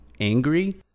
angry